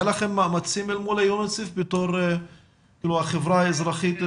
היה לכם מאמצים אל מול יוניסף בתור החברה האזרחית?